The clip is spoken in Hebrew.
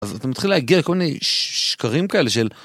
אז אתה מתחיל להגיע לכל מיני שקרים כאלה של...